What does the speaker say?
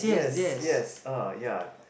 yes yes uh ya